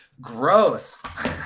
gross